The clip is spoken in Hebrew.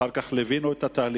אחר כך ליווינו את התהליך.